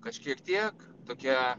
kažkiek tiek tokia